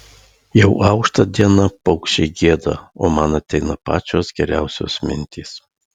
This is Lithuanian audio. jau aušta diena paukščiai gieda o man ateina pačios geriausios mintys